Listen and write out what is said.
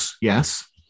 yes